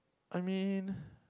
I mean